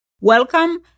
Welcome